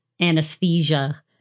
anesthesia